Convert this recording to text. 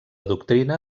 doctrina